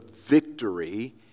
victory